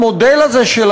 המודל הזה, של